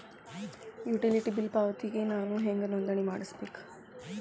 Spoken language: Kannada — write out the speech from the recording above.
ಯುಟಿಲಿಟಿ ಬಿಲ್ ಪಾವತಿಗೆ ನಾ ಹೆಂಗ್ ನೋಂದಣಿ ಮಾಡ್ಸಬೇಕು?